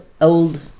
old